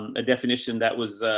a definition that was, ah,